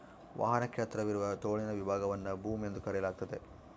ವಾಹನಕ್ಕೆ ಹತ್ತಿರವಿರುವ ತೋಳಿನ ವಿಭಾಗವನ್ನು ಬೂಮ್ ಎಂದು ಕರೆಯಲಾಗ್ತತೆ